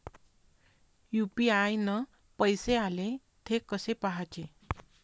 UPI न पैसे आले, थे कसे पाहाचे?